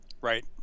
Right